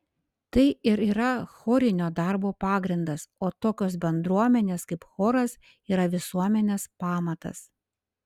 tai ir yra chorinio darbo pagrindas o tokios bendruomenės kaip choras yra visuomenės pamatas